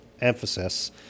emphasis